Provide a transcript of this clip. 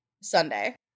Sunday